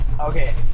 Okay